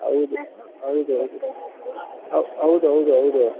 ಹೌದು ಹೌದು ಹೌದು ಹೌದು ಹೌದು ಹೌದು